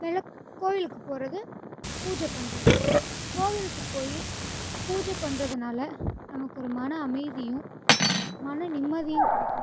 விளக்கு கோவிலுக்கு போகிறது பூஜை பண்ணுறது கோவிலுக்கு போய் பூஜை பண்ணுறதுனால நம்மளுக்கு ஒரு மன அமைதியும் மன நிம்மதியும் கிடைக்கும்